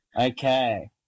Okay